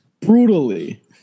brutally